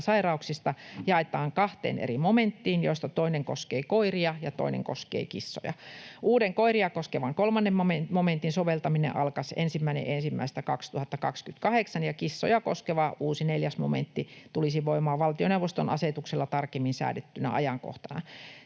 sairauksista, jaetaan kahteen eri momenttiin, joista toinen koskee koiria ja toinen koskee kissoja. Uuden koiria koskevan 3 momentin soveltaminen alkaisi 1.1.2028, ja kissoja koskeva uusi 4 momentti tulisi voimaan valtioneuvoston asetuksella tarkemmin säädettynä ajankohtana.